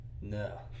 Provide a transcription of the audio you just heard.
No